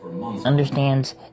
Understands